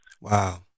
wow